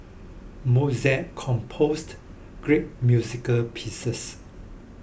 Mozart composed great musical pieces